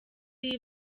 iyo